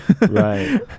Right